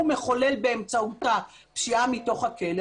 הוא מחולל באמצעותה פשיעה מתוך הכלא,